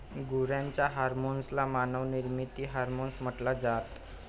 गुरांच्या हर्मोन्स ला मानव निर्मित हार्मोन्स म्हटल जात